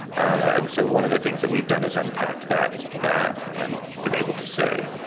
and so one of the things that we've done is unpack that that and been able to say,